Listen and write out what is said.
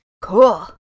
Cool